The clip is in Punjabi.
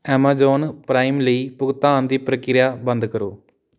ਐਮਾਜ਼ੋਨ ਪ੍ਰਾਈਮ ਲਈ ਭੁਗਤਾਨ ਦੀ ਪ੍ਰਕਿਰਿਆ ਬੰਦ ਕਰੋ